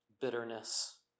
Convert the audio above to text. bitterness